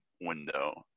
window